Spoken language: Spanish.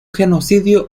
genocidio